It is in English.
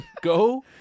Go